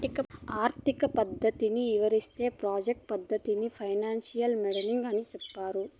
ఆర్థిక పరిస్థితిని ఇవరించే ప్రాజెక్ట్ పద్దతిని ఫైనాన్సియల్ మోడలింగ్ అని సెప్తారు